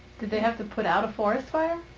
did they have to put out a forest fire?